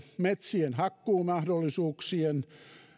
metsien hakkuumahdollisuuksien